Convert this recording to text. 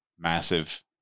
Massive